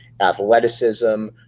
athleticism